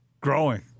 Growing